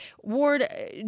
Ward